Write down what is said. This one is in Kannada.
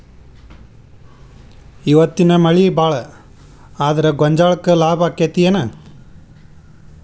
ಇವತ್ತಿನ ಮಳಿ ಭಾಳ ಆದರ ಗೊಂಜಾಳಕ್ಕ ಲಾಭ ಆಕ್ಕೆತಿ ಏನ್?